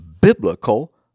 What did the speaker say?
biblical